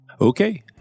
Okay